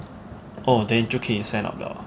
oh then 就可以 sign up 了 ah